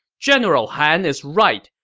general han is right!